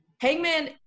hangman